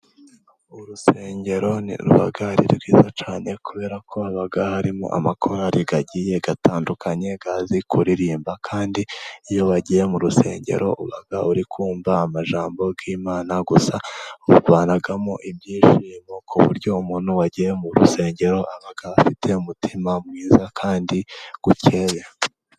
Urusengero ni rwiza cyane kubera ko haga harimo amakorari agiye atandukanye azi kuririmba kandi iyo bagiye mu rusengero uba uri kumva ijambo ry'Imana gusa. Bavanamo ibyishimo ku uburyo umuntu wagiye mu rusengero aba afite umutima mwiza kandi ukeye.